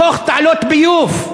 מתוך תעלות ביוב,